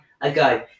ago